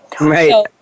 Right